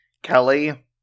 Kelly